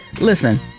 listen